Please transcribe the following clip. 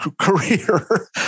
career